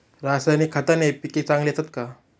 रासायनिक खताने पिके चांगली येतात का?